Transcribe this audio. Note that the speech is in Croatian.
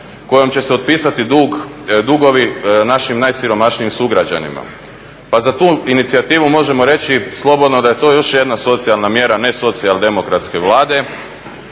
kojom će se otpisati dugovi našim najsiromašnijim sugrađanima. Pa za tu inicijativu možemo reći slobodno da je to još jedna socijalna mjera nesocijaldemokratske Vlade.